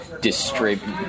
distribute